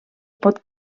pot